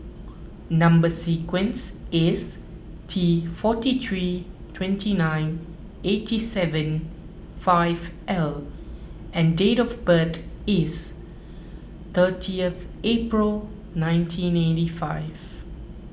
Number Sequence is T forty three twenty nine eighty seven five L and date of birth is thirty April nineteen eighty five